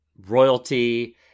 royalty